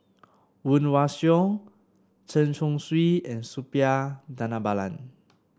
Woon Wah Siang Chen Chong Swee and Suppiah Dhanabalan